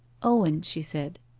owen, she said,